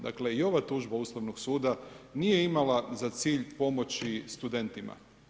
Dakle i ova tužba Ustavnog suda nije imala za cilj pomoći studentima.